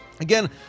Again